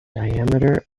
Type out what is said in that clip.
diameter